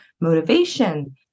motivation